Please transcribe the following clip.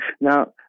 Now